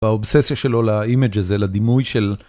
האובססיה שלו לאימג' הזה, לדימוי של.